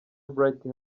bright